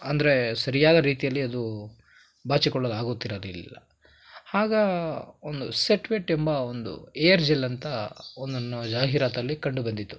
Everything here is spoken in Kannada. ಅಂದರೆ ಸರಿಯಾದ ರೀತಿಯಲ್ಲಿ ಅದು ಬಾಚಿಕೊಳ್ಳಲು ಆಗುತ್ತಿರಲಿಲ್ಲ ಆಗ ಒಂದು ಸೆಟ್ ವೆಟ್ ಎಂಬ ಒಂದು ಏರ್ ಜೆಲ್ ಅಂತ ಒಂದನ್ನು ಜಾಹೀರಾತಲ್ಲಿ ಕಂಡು ಬಂದಿತ್ತು